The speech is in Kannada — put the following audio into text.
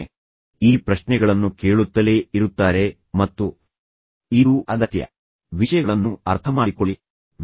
ಆದ್ದರಿಂದ ಅವರು ಈ ಪ್ರಶ್ನೆಗಳನ್ನು ಕೇಳುತ್ತಲೇ ಇರುತ್ತಾರೆ ಮತ್ತು ಇದು ಅಗತ್ಯವಾಗಿದೆ ವಿಷಯಗಳನ್ನು ಅರ್ಥಮಾಡಿಕೊಳ್ಳಿ ಮತ್ತು ಅವುಗಳ ವಿಚಾರಗಳ ಆಳಕ್ಕೆ ಹೋಗಿರಿ